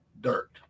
dirt